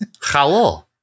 Hello